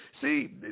See